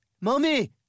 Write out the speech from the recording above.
Mommy